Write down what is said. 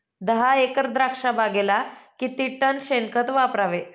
दहा एकर द्राक्षबागेला किती टन शेणखत वापरावे?